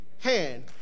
hand